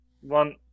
one